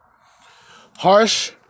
Harsh